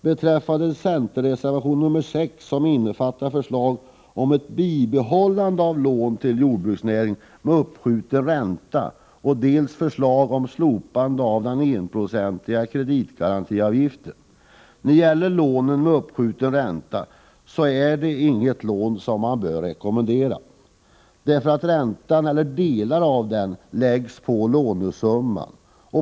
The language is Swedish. I centerreservation nr 6 föreslås dels ett bibehållande av lån till jordbruksnäringen med uppskjuten ränta, dels slopande av den enprocentiga kreditgarantiavgiften. Lån med uppskjuten ränta är inget lån som man bör rekommendera, eftersom räntan eller delar av den läggs på lånesumman.